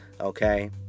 okay